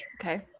Okay